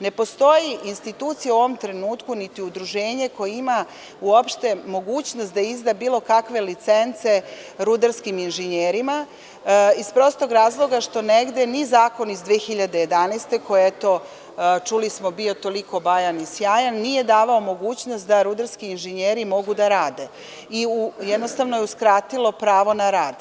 Ne postoji institucija u ovom trenutku, niti udruženje koje ima uopšte mogućnost da izda bilo kakve licence rudarskim inženjerima iz prostog razloga što negde ni zakon iz 2011. godine, koji je bio toliko bajan i sjajan, nije davao mogućnost da rudarski inženjeri mogu da rade i uskratio je prava na rad.